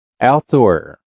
outdoor